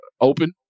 open